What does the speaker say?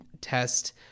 test